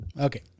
Okay